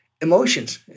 emotions